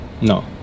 No